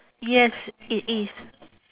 yes it is